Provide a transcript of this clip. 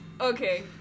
Okay